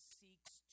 seeks